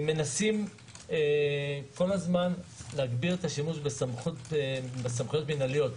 מנסים כל הזמן להגביר את השימוש בסמכויות מינהליות,